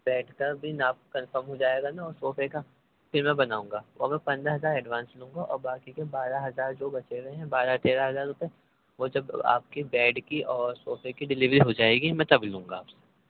bed کا بھی ناپ کنفرم ہو جائے گا نا اور صوفے کا پھر میں بناؤں گا اور میں پندرہ ہزار ایڈوانس لوں گا اور باقی کے بارہ ہزار جو بچے ہوئے ہیں بارہ تیرہ ہزار روپے وہ جب آپ کی بیڈ کی اور صوفے کی ڈلیوری ہو جائے گی میں تب لوں گا آپ سے